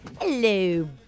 Hello